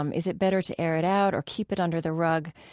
um is it better to air it out or keep it under the rug?